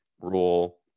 rule